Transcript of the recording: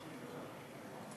אדוני היושב-ראש,